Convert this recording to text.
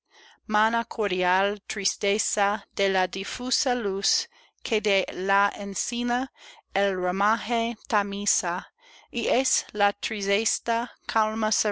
mana cordial tristeza de la difusa luz que de la encina el ramaje tamiza y es la